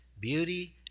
beauty